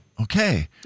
Okay